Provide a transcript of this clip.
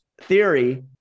theory